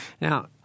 Now